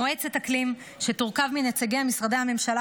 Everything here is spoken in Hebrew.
מועצת אקלים שתורכב מנציגי משרדי הממשלה